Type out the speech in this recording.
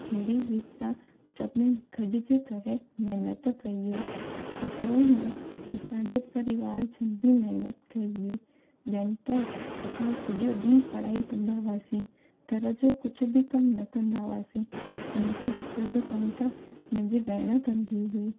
अहिड़ी रीति सां सभिनीनि गॾिजी करे महिनत कई हुई हेतिरो ई न असांजे परिवार ॼणु बि महिनत कई हुई ॼणु त असां सॼो ॾींहुं पढ़ाई कंदा हुआसीं घर जो कुझु बि कमु न कंदा हुआसीं मुंहिंजे हिसे जो कमु त मुंहिंजी भेण कंदी हुई